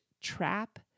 trap